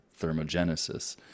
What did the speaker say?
thermogenesis